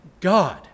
God